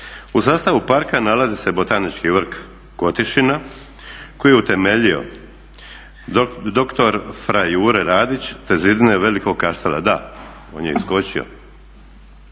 U sastavu parka nalazi se Botanički vrt Kotišina koji je utemeljio doktor fra Jure Radić, te zidine Velikog Kaštela. Da, on je iskočio.